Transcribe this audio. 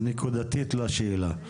אז נקודתית לשאלה.